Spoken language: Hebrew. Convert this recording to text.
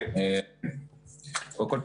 קודם כל,